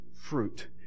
fruit